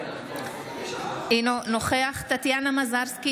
אינו נוכח טטיאנה מזרסקי,